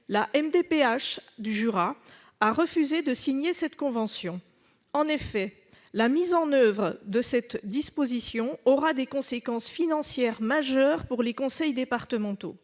La MDPH du Jura a refusé de signer cette convention. En effet, la mise en oeuvre d'une telle disposition aura des conséquences financières majeures pour les conseils départementaux.